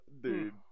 Dude